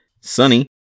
sunny